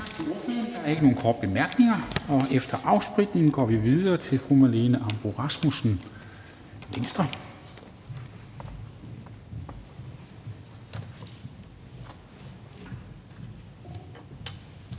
Der er ikke nogen korte bemærkninger, og efter afspritning går vi videre til fru Marlene Ambo-Rasmussen,